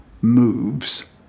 moves